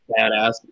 badass